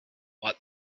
but